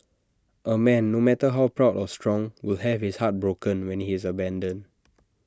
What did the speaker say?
A man no matter how proud or strong will have his heart broken when he is abandoned